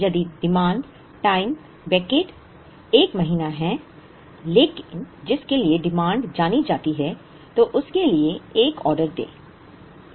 यदि demand time bucket 1 महीना है जिसके लिए डिमांड जानी जाती है तो उसके लिए एक ऑर्डर दें